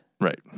Right